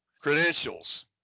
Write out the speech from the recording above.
credentials